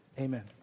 Amen